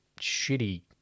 shitty